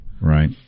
right